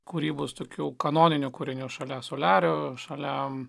kūrybos tokių kanoninių kūrinių šalia soliario žaliams